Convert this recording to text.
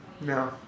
No